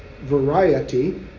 variety